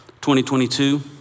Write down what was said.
2022